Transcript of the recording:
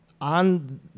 on